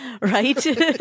right